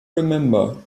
remember